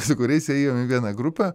su kuriais ėjom į vieną grupę